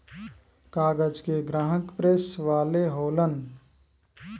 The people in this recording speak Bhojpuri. कागज के ग्राहक प्रेस वाले होलन